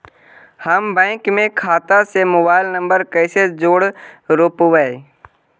हम बैंक में खाता से मोबाईल नंबर कैसे जोड़ रोपबै?